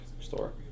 store